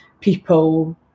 people